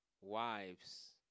wives